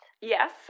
Yes